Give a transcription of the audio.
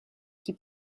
qui